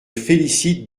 félicite